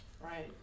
Right